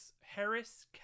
Harris